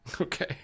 Okay